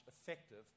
effective